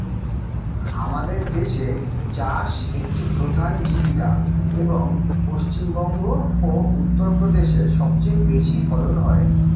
আমাদের দেশে চাষ একটি প্রধান জীবিকা, এবং পশ্চিমবঙ্গ ও উত্তরপ্রদেশে সবচেয়ে বেশি ফলন হয়